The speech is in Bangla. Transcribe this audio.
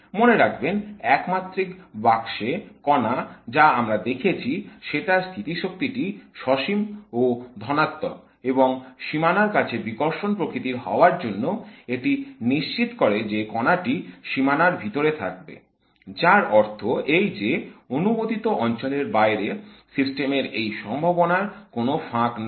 মনে রাখবেন এক মাত্রিক বাক্সে কণা যা আমরা দেখেছি সেটার স্থিতিশক্তি টি সসীম ও ধনাত্মক এবং সীমানার কাছে বিকর্ষণ প্রকৃতির হওয়ার জন্য এটি নিশ্চিত করে যে কণাটি সীমানার ভিতরে থাকবে যার অর্থ এই যে অনুমোদিত অঞ্চলের বাইরে সিস্টেমের এই সম্ভাবনার কোন ফাঁক নেই